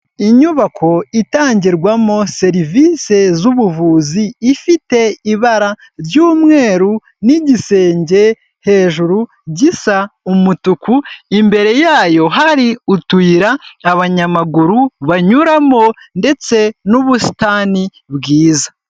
Inyubako itangirwamo serivisie z'ubuvuzi, ifite ibara ry'umweru, n'igisenge hejuru gisa umutuku, imbere yayo hari utuyira abanyamaguru banyuramo, ndetse n'ubusitani bwiza.